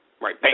right